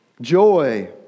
joy